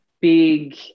big